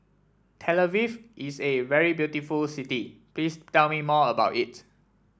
Tel Aviv is a very beautiful city please tell me more about it